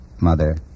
Mother